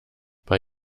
bei